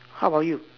how about you